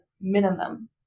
minimum